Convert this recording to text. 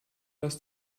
was